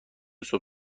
صبح